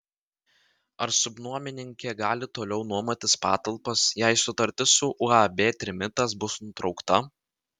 ar subnuomininkė gali toliau nuomotis patalpas jei sutartis su uab trimitas bus nutraukta